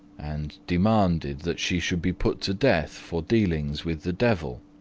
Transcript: and demanded that she should be put to death for dealings with the devil.